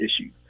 issue